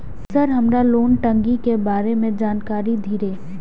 Sir हमरा loan टंगी के बारे में जान कारी धीरे?